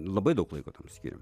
labai daug laiko tam skyrėm